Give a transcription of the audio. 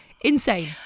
insane